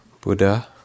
Buddha